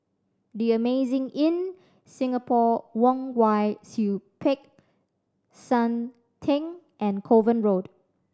The Amazing Inn Singapore Kwong Wai Siew Peck San Theng and Kovan Road